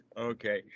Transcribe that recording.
Okay